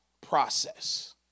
process